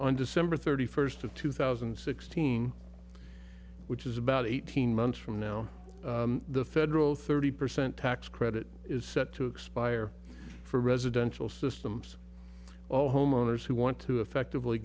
on december thirty first of two thousand and sixteen which is about eighteen months from now the federal thirty percent tax credit is set to expire for residential systems all homeowners who want to effectively